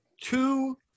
two